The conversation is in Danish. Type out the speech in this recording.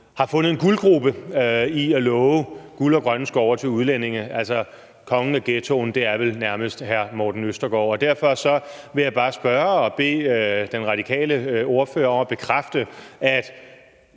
har fundet en guldgruppe i at love guld og grønne skove til udlændinge – kongen af ghettoen er vel nærmest hr. Morten Østergaard. Derfor vil jeg bare spørge og bede den radikale ordfører om at bekræfte, at